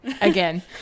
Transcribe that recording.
again